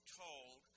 told